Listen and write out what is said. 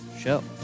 show